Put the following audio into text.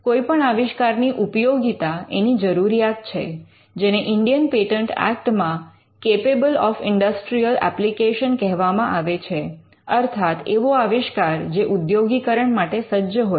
કોઈપણ આવિષ્કારની ઉપયોગીતા એની જરૂરિયાત છે જેને ઇન્ડિયન પેટન્ટ ઍક્ટ માં 'કેપેબલ ઑફ ઇન્ડસ્ટ્રિઅલ એપ્લિકેશન' કહેવામાં આવે છે અર્થાત એવો આવિષ્કાર જે ઉદ્યોગીકરણ માટે સજ્જ હોય